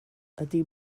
ydy